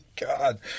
God